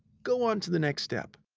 go on to the next step.